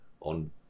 on